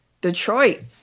Detroit